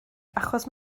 achos